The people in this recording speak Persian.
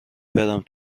برم